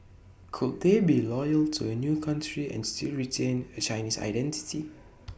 could they be loyal to A new country and still retain A Chinese identity